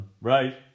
Right